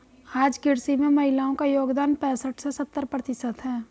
आज कृषि में महिलाओ का योगदान पैसठ से सत्तर प्रतिशत है